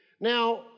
Now